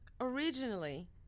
Originally